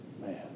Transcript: Man